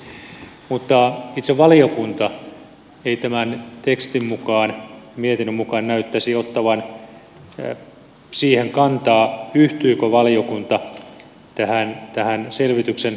mutta itse valiokunta ei tämän mietinnön mukaan näyttäisi ottavan siihen kantaa yhtyykö valiokunta tähän selvityksen johtopäätökseen